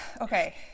Okay